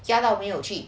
ya 到到没有去